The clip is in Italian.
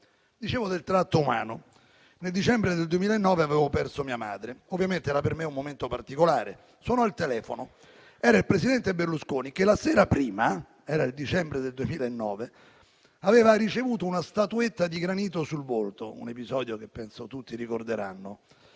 Dicevo del tratto umano. Nel dicembre del 2009 avevo perso mia madre. Ovviamente, era per me un momento particolare. Suonò il telefono. Era il presidente Berlusconi, che la sera prima - era il dicembre 2009 - aveva ricevuto una statuetta di granito sul volto: un episodio che penso tutti ricorderanno.